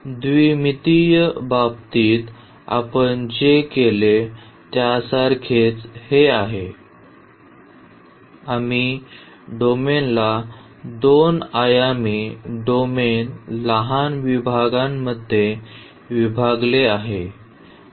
तर द्विमितीय बाबतीत आपण जे केले त्यासारखेच हे आहे आम्ही डोमेनला दोन आयामी डोमेन लहान विभागांमध्ये विभागले आहेत